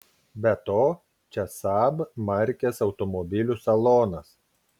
be to čia saab markės automobilių salonas